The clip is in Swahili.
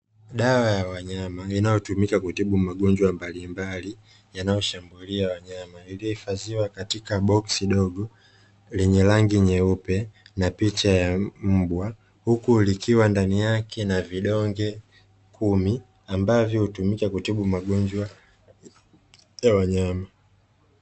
Dawa ya wanyama inayotumika kutibu magonjwa mbalimbali yanayoshambulia wanyama, iliyohifadhiwa katika boksi dogo lenye rangi nyeupe na picha ya mbwa. Huku likiwa ndani yake na vidonge kumi anbavyo kutibu magonjwa ya wanyama.